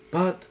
but